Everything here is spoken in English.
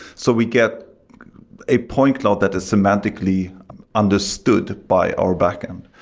so we get a point cloud that is semantically understood by our backend.